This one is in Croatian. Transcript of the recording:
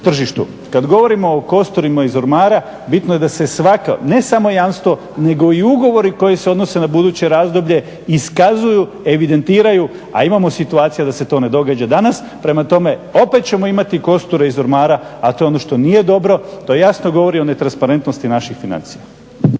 tržištu. Kada govorimo o kosturima iz ormara bitno je da se svako ne samo jamstvo nego i ugovori koji se odnose na buduće razdoblje iskazuju, evidentiraju a imamo situacija da se to ne događa danas. Prema tome opet ćemo imati kosture iz ormara a to je ono što nije dobro. To jasno govori o netransparentnosti naših financija.